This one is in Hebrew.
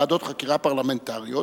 ועדות חקירה פרלמנטריות,